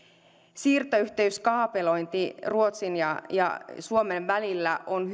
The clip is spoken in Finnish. siirtoyhteyskaapelointi ruotsin ja ja suomen välillä on